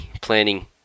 Planning